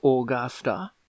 Augusta